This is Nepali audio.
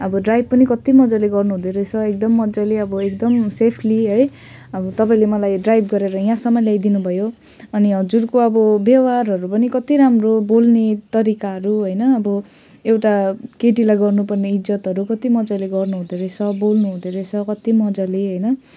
अब ड्राइभ पनि कत्ति मजाले गर्नुहुँदो रहेछ एकदम मजाले अब एकदम सेफली है अब तपाईँले मलाई ड्राइभ गरेर यहाँसम्म ल्याइदिनु भयो अनि हजुरको अब व्यवहारहरू पनि कत्ति राम्रो बोल्ने तरिकाहरू होइन अब एउटा केटीलाई गर्नुपर्ने इज्जतहरू कति मजाले गर्नुहुँदो रहेछ बोल्नुहुँदो रहेछ कत्ति मजाले होइन